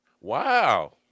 Wow